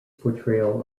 portrayal